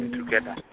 together